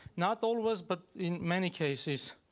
not always, but in many cases.